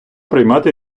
приймати